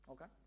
Okay